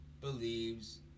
believes